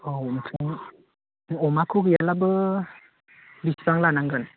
औ ओमफ्राय जों अमाखौ लाब्लाबो बेसेबां लानांगोन